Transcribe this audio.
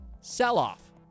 sell-off